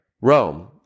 Rome